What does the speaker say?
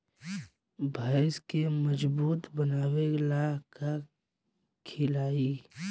भैंस के मजबूत बनावे ला का खिलाई?